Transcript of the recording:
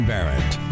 Barrett